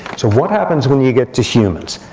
so what happens when you get to humans?